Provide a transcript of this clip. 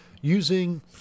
Using